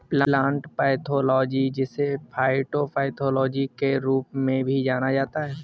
plant pathology जिसे phytopathology के रूप में भी जाना जाता है